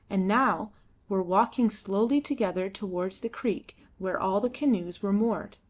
and now were walking slowly together towards the creek where all the canoes were moored.